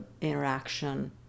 interaction